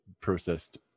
processed